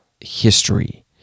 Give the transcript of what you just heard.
history